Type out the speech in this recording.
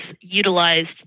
utilized